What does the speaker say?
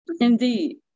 Indeed